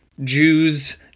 Jews